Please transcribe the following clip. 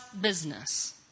business